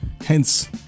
hence